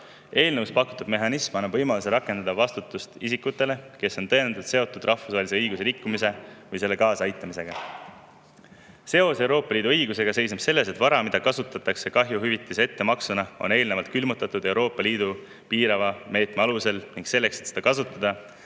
Eelnõus pakutud mehhanism annab võimaluse rakendada vastutust isikutele, kes on tõendatult seotud rahvusvahelise õiguse rikkumisega või sellele kaasaaitamisega. Seos Euroopa Liidu õigusega seisneb selles, et vara, mida kasutatakse kahjuhüvitise ettemaksuna, on eelnevalt külmutatud Euroopa Liidu piirava meetme alusel, ning selleks, et seda kasutada,